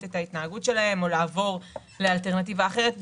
את ההתנהגות שלהם או לעבור לאלטרנטיבה אחרת.